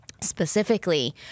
specifically